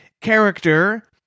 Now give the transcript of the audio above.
Character